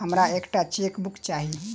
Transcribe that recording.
हमरा एक टा चेकबुक चाहि